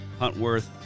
huntworth